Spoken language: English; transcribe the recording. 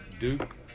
Duke